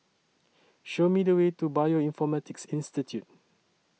Show Me The Way to Bioinformatics Institute